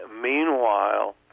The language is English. meanwhile